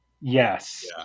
Yes